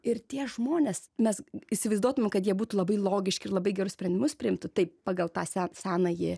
ir tie žmonės mes įsivaizduotume kad jie būtų labai logiški ir labai gerus sprendimus priimtų taip pagal tą se senąjį